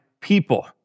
people